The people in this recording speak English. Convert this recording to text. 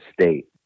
state